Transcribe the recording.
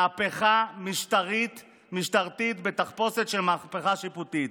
מהפכה משטרית בתחפושת של מהפכה שיפוטית.